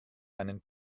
einen